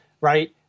right